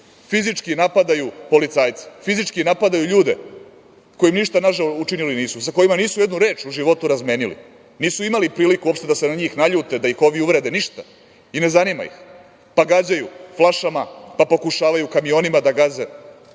fizički napadaju policajca, fizički napadaju ljude koji im ništa nažao učinili nisu, sa kojima nisu jednu reč u životu razmenili. Nisu imali priliku uopšte da se na njih naljute, da ih ovi uvrede, ništa i ne zanima ih, pa gađaju flašama, pa pokušavaju kamionima da gaze,